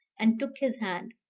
and took his hand,